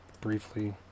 briefly